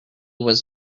was